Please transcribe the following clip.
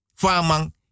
Famang